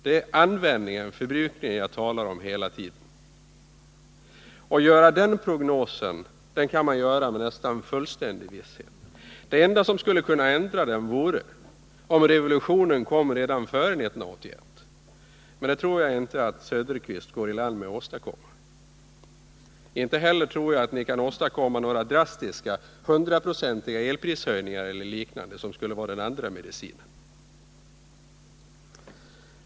Det jag hela tiden talar om är förbrukningen. Den prognosen kan man göra med nästan fullständig visshet. Det enda som skulle kunna ändra den vore om revolutionen kommer redan före 1981, men jag tror inte att Oswald Söderqvist går i land med att åstadkomma det. Inte heller tror jag att ni kan åstadkomma någon drastisk elprishöjning, med 100 96 eller liknande, som skulle vara den andra medicinen.